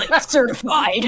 Certified